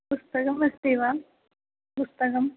पुस्तकमस्ति वा पुस्तकम्